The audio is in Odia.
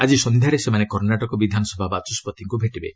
ଆକି ସନ୍ଧ୍ୟାରେ ସେମାନେ କର୍ଷାଟକ ବିଧାନସଭା ବାଚସ୍କତିଙ୍କୁ ଭେଟିବେ